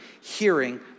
hearing